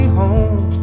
home